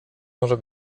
może